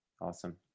Awesome